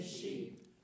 sheep